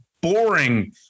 boring